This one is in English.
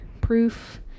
proof